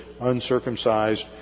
uncircumcised